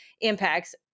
impacts